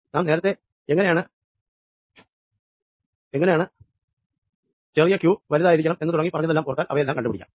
നാം നേരത്തെ എങ്ങിനെയാണ് Q ചെറിയ Q വലുതായിരിക്കണം എന്ന് തുടങ്ങി പറഞ്ഞതെല്ലാം ഓർത്താൽ അവയെല്ലാം കണ്ടു പിടിക്കാം